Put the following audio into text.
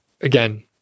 again